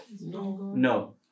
No